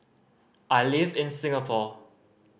I live in Singapore